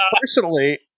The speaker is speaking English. Personally